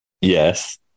Yes